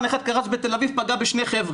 אחד שקרס בתל-אביב ופגע בשני אנשים.